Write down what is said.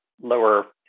lower